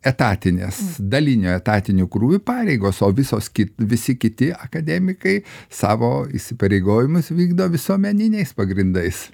etatinės dalinio etatiniu krūviu pareigos o visos kitos visi kiti akademikai savo įsipareigojimus vykdo visuomeniniais pagrindais